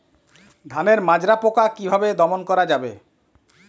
ধানের মাজরা পোকা কি ভাবে দমন করা যাবে?